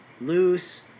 loose